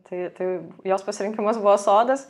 tai tai jos pasirinkimas buvo sodas